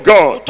God